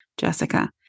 jessica